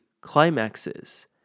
climaxes